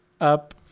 up